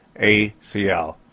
ACL